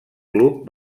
club